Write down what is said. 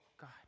God